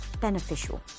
beneficial